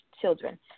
children